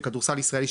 של כדורסל ישראלי,